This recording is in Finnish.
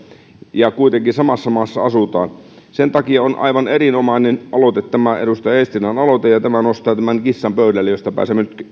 ja kuitenkin samassa maassa asutaan sen takia on aivan erinomainen aloite tämä edustaja eestilän aloite ja tämä nostaa tämän kissan pöydälle josta pääsemme nyt